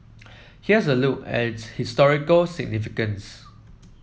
here's a look at its historical significance